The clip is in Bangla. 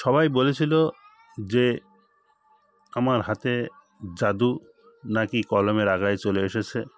সবাই বলেছিল যে আমার হাতের জাদু নাকি কলমের আগায় চলে এসেছে